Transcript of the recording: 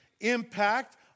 impact